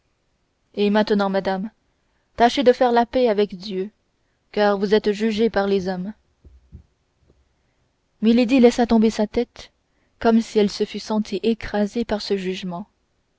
et maintenant madame tâchez de faire la paix avec dieu car vous êtes jugée par les hommes milady laissa tomber sa tête comme si elle se fût sentie écrasée par ce jugement